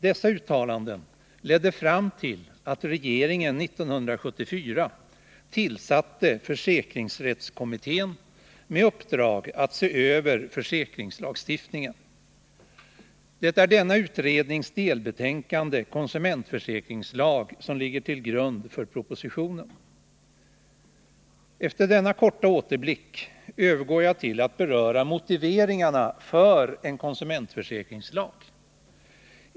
Dessa uttalanden ledde fram till att regeringen 1974 tillsatte försäkringsrättskommittén med uppdrag att se över försäkringslagstiftningen. Det är denna utrednings delbetänkande, benämnt Konsumentförsäkringslag, som ligger till grund för propositionen. Efter denna korta återblick övergår jag till att beröra motiveringarna för en konsumentförsäkringslag.